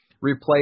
replace